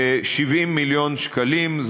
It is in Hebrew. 70 מיליון שקלים.